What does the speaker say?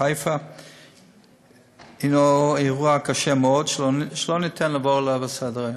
בחיפה הוא אירוע קשה מאוד שלא ניתן לעבור עליו לסדר-היום.